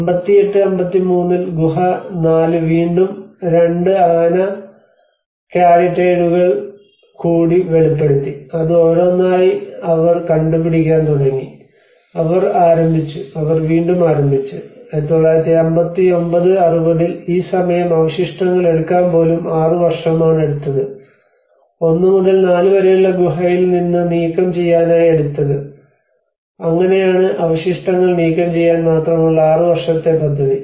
58 59 ൽ ഗുഹ 4 വീണ്ടും രണ്ട് ആന കാരിയറ്റൈഡുകൾ കൂടി വെളിപ്പെടുത്തി അത് ഓരോന്നായി അവർ കണ്ടുപിടിക്കാൻ തുടങ്ങി അവർ ആരംഭിച്ചു അവർ വീണ്ടും ആരംഭിച്ചു 1959 60 ൽ ഈ സമയം അവശിഷ്ടങ്ങൾ എടുക്കാൻ പോലും 6 വർഷമാണ് എടുത്തത് 1 മുതൽ 4 വരെയുള്ള ഗുഹയിൽ നിന്ന് നീക്കം ചെയ്യാനായി എടുത്തത് അങ്ങനെയാണ് അവശിഷ്ടങ്ങൾ നീക്കംചെയ്യാൻ മാത്രമുള്ള ആറ് വർഷത്തെ പദ്ധതി